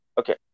Okay